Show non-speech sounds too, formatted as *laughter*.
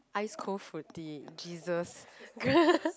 ice cold fruity Jesus *laughs*